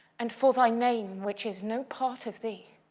and for thy name which is no part of thee